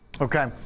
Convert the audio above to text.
Okay